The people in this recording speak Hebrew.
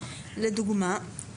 לדוגמה,